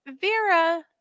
Vera